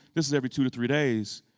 this is every two to three days.